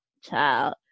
child